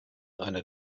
einer